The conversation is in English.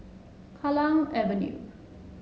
Kallang Avenue